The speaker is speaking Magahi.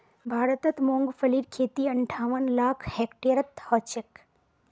भारतत मूंगफलीर खेती अंठावन लाख हेक्टेयरत ह छेक